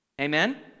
Amen